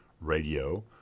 radio